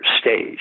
stage